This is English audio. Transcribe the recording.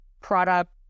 product